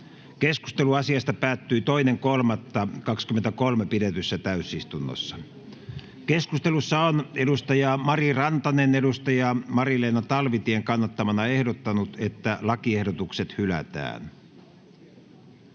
Keskustelu asiasta päättyi 2.3.2023 pidetyssä täysistunnossa Keskustelussa on Mari Rantanen Mari-Leena Talvitien kannattamana ehdottanut, että lakiehdotukset hylätään.